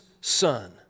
son